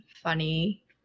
funny